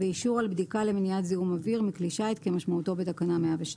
ואישור על בדיקה למניעת זיהום אוויר מכלי שיט כמשמעותו בתקנה 102,